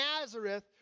Nazareth